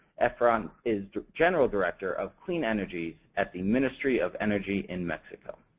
efrain is general director of clean energies at the ministry of energy in mexico.